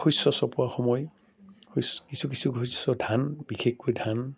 শস্য চপোৱা সময় শস্য কিছু কিছু শস্য ধান বিশেষকৈ ধান